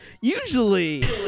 usually